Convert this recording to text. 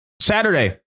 Saturday